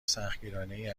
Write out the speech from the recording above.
سختگیرانهای